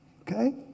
okay